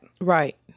Right